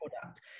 product